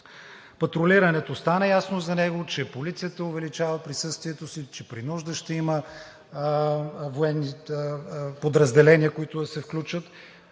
патрулирането, че полицията увеличава присъствието си, че при нужда ще има военни подразделения, които да се включат,